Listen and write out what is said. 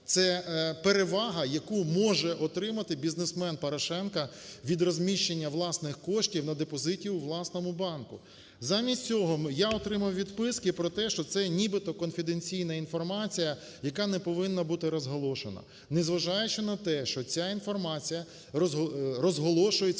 Це перевага, яку може отримати бізнесмен Порошенко від розміщення власних коштів на депозиті у власному банку. Замість цього я отримав відписки про те, що це нібито конференційна інформація, яка не повинна бути розголошена. Незважаючи на те, що ця інформація розголошується,